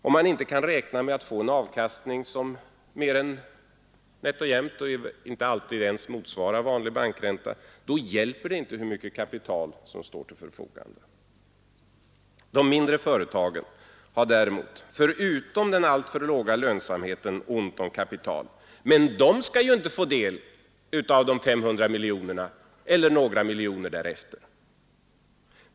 Om man inte kan räkna med att få en avkastning som mer än nätt och jämt — eller kanske inte ens — motsvarar vanlig bankränta hjälper det inte hur mycket kapital som står till förfogande. De mindre företagen har däremot, förutom den alltför låga lönsamheten, ont om kapital. Men de skall inte få del av de 500 miljonerna eller några miljoner som tillkommer därefter.